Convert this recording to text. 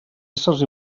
éssers